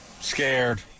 scared